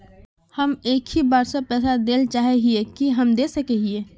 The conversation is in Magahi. हम एक ही बार सब पैसा देल चाहे हिये की हम दे सके हीये?